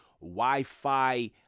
Wi-Fi